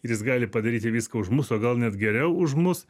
ir jis gali padaryti viską už mus o gal net geriau už mus